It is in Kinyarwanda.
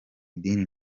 idini